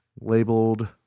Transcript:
labeled